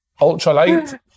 Ultralight